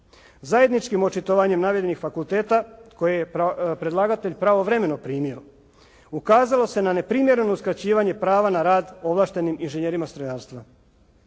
Zajedničkim očitovanjem navedenih fakulteta koji je predlagatelj pravovremeno primio ukazalo se na neprimjereno uskraćivanje prava na rad ovlaštenim inženjerima strojarstva.